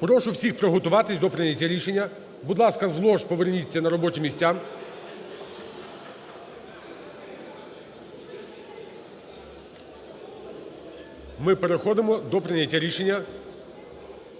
Прошу всіх приготуватись до прийняття рішення. Будь ласка, з лож поверніться на робочі місця. Ми переходимо до прийняття рішення.